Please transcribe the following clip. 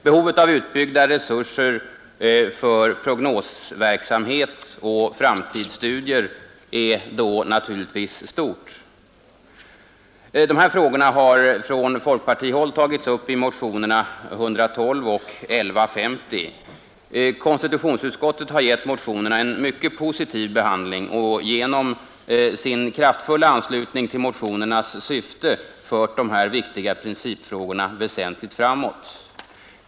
Behovet av utbyggda resurser för prognosverksamhet och framtidsstudier är då naturligtvis stort. Dessa frågor har från folkpartihåll tagits upp i motionerna 112 och 1150. Konstitutionsutskottet har gett motionerna en mycket positiv behandling och genom sin kraftfulla anslutning till motionernas syfte fört dessa viktiga principfrågor väsentligt framåt.